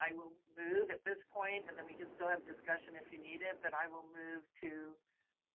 i will move at this point and then we can still have discussion if you need it, but i will move to